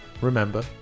remember